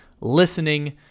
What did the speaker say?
listening